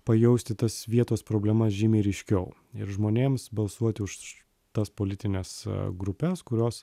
pajausti tas vietos problemas žymiai ryškiau ir žmonėms balsuoti už tas politines grupes kurios